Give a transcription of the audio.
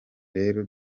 rero